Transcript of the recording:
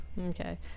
okay